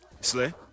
Slay